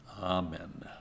Amen